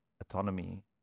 autonomy